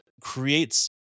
creates